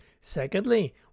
Secondly